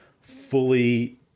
fully